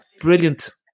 brilliant